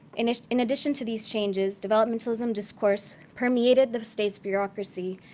in ah in addition to these changes, developmentalism discourse permeated the state's bureaucracy,